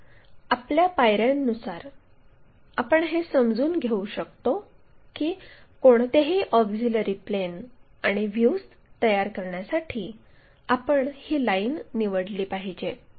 तर आपल्या पायऱ्यांनुसार आपण हे समजून घेऊ शकतो की कोणतेही ऑक्झिलिअरी प्लेन आणि व्ह्यूज तयार करण्यासाठी आपण ही लाईन निवडली पाहिजे